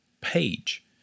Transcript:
page